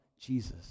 Jesus